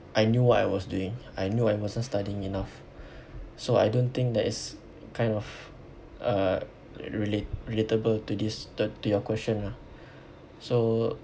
I knew what I was doing I knew I wasn't studying enough so I don't think that is kind of uh relate relatable to this third to your question lah so